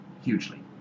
hugely